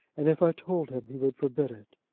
and if i told him he would forbid it.